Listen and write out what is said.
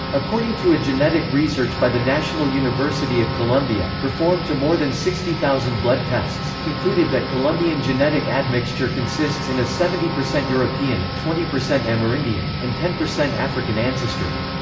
according to a genetic research by the national university of colombia, performed to more than sixty thousand blood tests, concluded that colombian genetic admixture consists in a seventy percent european, twenty percent amerindian, and ten percent african ancestry.